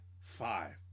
five